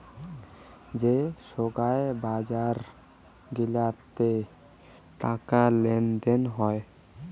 যে সোগায় বাজার গিলাতে টাকা লেনদেন হই